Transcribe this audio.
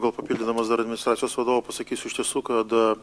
gal papildydamas dar administracijos vadovą pasakysiu iš tiesų kad